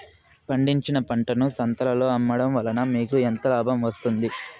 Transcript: పండించిన పంటను సంతలలో అమ్మడం వలన మీకు ఎంత లాభం వస్తుంది?